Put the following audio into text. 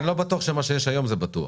אני לא בטוח שמה שיש היום זה בטוח,